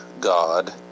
God